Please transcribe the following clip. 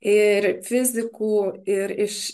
ir fizikų ir iš